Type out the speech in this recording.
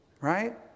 Right